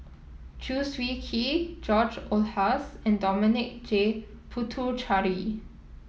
Chew Swee Kee George Oehlers and Dominic J Puthucheary